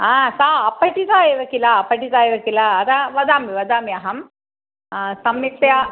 हा सा अपठिता एव किल अपठिता एव किल अतः वदामि वदामि अहं सम्यक्तया